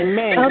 Amen